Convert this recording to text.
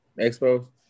Expos